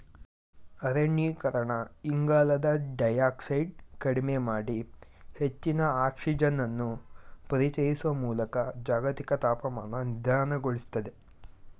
ಅರಣ್ಯೀಕರಣ ಇಂಗಾಲದ ಡೈಯಾಕ್ಸೈಡ್ ಕಡಿಮೆ ಮಾಡಿ ಹೆಚ್ಚಿನ ಆಕ್ಸಿಜನನ್ನು ಪರಿಚಯಿಸುವ ಮೂಲಕ ಜಾಗತಿಕ ತಾಪಮಾನ ನಿಧಾನಗೊಳಿಸ್ತದೆ